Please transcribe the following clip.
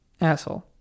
Asshole